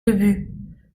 ubu